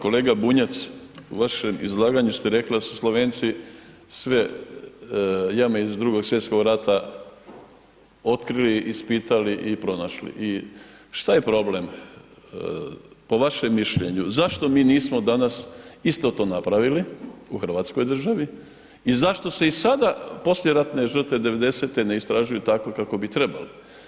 Kolega Bunjac, u vašem izlaganju ste rekli da su Slovenci sve jame iz Drugog svjetskog rata otkrili, ispitali i pronašli i šta je problem po vašem mišljenju, zašto mi nismo danas isto to napravili u hrvatskoj državi i zašto se i sada poslijeratne žrtve 90.-te ne istražuju tako kako bi trebali?